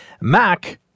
Mac